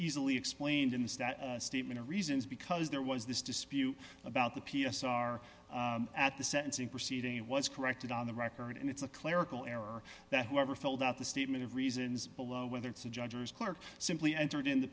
easier explained in the statement of reasons because there was this dispute about the p s r at the sentencing proceeding it was corrected on the record and it's a clerical error that whoever filled out the statement of reasons below whether it's a judge or a clerk simply entered in